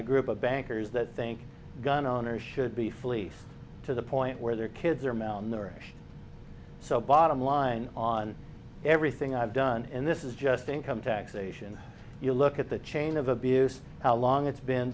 a group of bankers that think gun owners should be fleeced to the point where their kids are malnourished so bottom line on everything i've done and this is just income taxation you look at the chain of abuse how long it's been